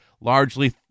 largely